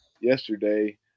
yesterday